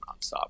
nonstop